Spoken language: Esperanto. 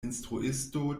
instruisto